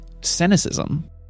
cynicism